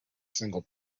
single